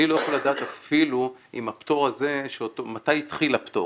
אני לא יכול לדעת אפילו מתי התחיל הפטור.